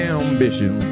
ambition